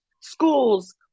schools